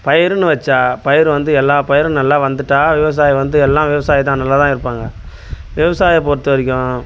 பயிர்னு வச்சால் பயிர் வந்து எல்லா பயிரும் நல்லா வந்துட்டால் விவசாயம் வந்து எல்லா விவசாயி தான் நல்லா தான் இருப்பாங்க விவசாயம் பொறுத்த வரைக்கும்